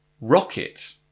Rocket